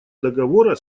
договора